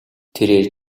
тэрээр